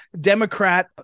Democrat